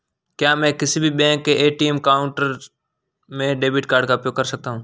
क्या मैं किसी भी बैंक के ए.टी.एम काउंटर में डेबिट कार्ड का उपयोग कर सकता हूं?